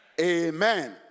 Amen